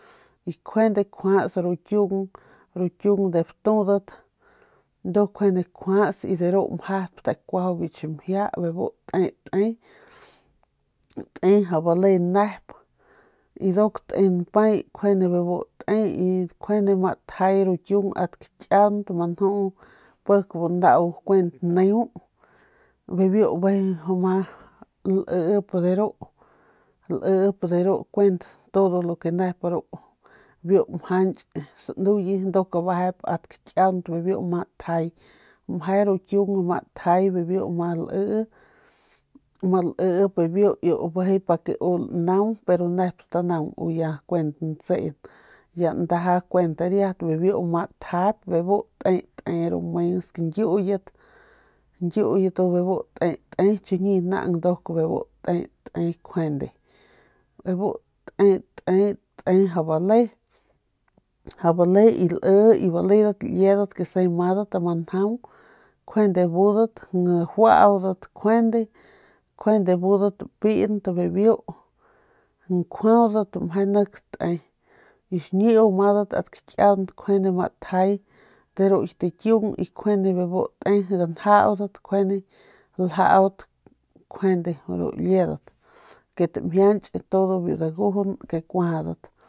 Kjuande kjuats ru kiung de batudat de ru kjuande kjuats y mjadp kute kuaju biu ximjia bebu te te y nduk te npay y kjuende bebu te y kjuande ma tjay ru kiung ast kakiaunt ma nju nau kuent pik neu bijiy biu ma liip de ru todo lo ke es biu mjanch sanuye nduk ma bejent ast kakiaunt meje ru kiu ng biu ma lii bibiu iu pa ke u lanaung pero nep stanaung u ya kuent ntsen ya ndaja kuen biu ma tjayp bebu te ru mensk ñyuuyet te nduk naang bebu te te kjuende bebu te mjau bale y mjau bale y baledat liedat ma njudat ma njaung njuande budat juaudat kjuende budat pint biu njuaudat meje nep te y xñiu madat ast kakiaunt ma tjay ru kit akiung y nkjuande ganjaudat y ljaut kjuande ru liedat ke tamjianch biu dagujun.